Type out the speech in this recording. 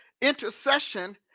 intercession